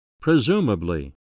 Presumably